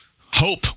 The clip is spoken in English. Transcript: hope